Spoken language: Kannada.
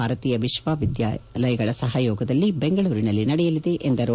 ಭಾರತೀಯ ವಿಶ್ವವಿದ್ಯಾಲಯಗಳ ಸಹಯೋಗದಲ್ಲಿ ಬೆಂಗಳೂರಿನಲ್ಲಿ ನಡೆಯಲಿದೆ ಎಂದರು